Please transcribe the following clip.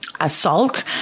assault